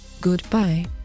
Goodbye